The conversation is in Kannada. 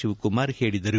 ಶಿವಕುಮಾರ್ ಹೇಳಿದರು